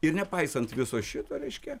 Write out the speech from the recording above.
ir nepaisant viso šito reiškia